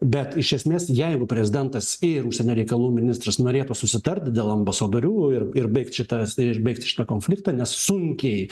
bet iš esmės jeigu prezidentas ir užsienio reikalų ministras norėtų susitart dėl ambasadorių ir ir baigti šitas užbaigti šitą konfliktą nes sunkiai